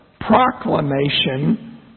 Proclamation